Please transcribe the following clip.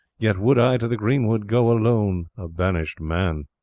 yet would i to the green wood go, alone, a banished man.